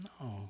No